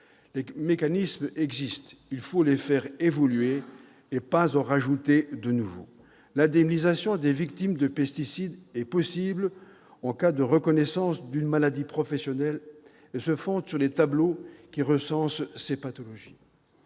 Les mécanismes existent, il faut les faire évoluer, pas en ajouter de nouveaux. L'indemnisation des victimes de pesticides est possible en cas de reconnaissance d'une maladie professionnelle et se fonde sur des tableaux qui recensent ces pathologies.